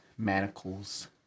Manacles